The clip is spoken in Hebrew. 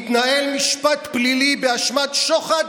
מתנהל משפט פלילי באשמת שוחד,